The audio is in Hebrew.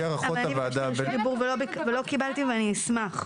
אבל אני ביקשתי רשות דיבור ולא קיבלתי ואני אשמח.